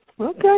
Okay